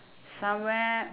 somewhere